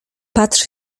patrz